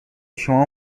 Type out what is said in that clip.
شما